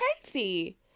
Crazy